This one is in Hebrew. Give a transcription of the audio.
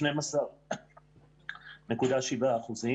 זאת קורלציה שקשה מאוד להצביע עליה.